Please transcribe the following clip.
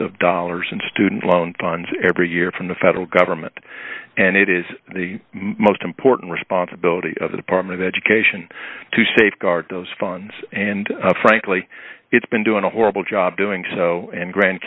of dollars in student loan funds every year from the federal government and it is the most important responsibility of the department of education to safeguard those funds and frankly it's been doing a horrible job doing so and grand